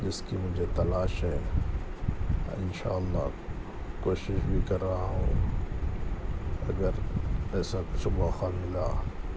جس کی مجھے تلاش ہے ان شاء اللہ کوشش بھی کر رہا ہوں اگر ایسا کچھ موقع ملا